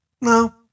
no